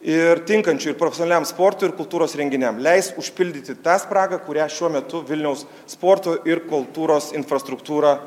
ir tinkančių ir profesionaliam sportui ir kultūros renginiam leis užpildyti tą spragą kurią šiuo metu vilniaus sporto ir kultūros infrastruktūra